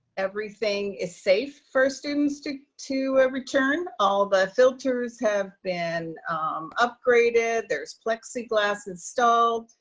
everything is safe for students to to a return. all the filters have been upgraded. there's plexiglass installed,